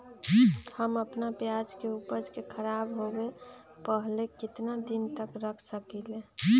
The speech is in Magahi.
हम अपना प्याज के ऊपज के खराब होबे पहले कितना दिन तक रख सकीं ले?